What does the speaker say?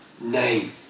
name